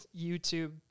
YouTube